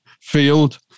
field